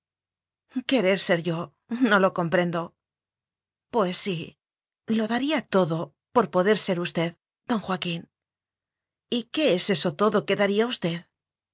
querer ser yol no lo comprendo pues sí lo daría todo por poder ser us ted don joaquín y qué es eso todo que daría usted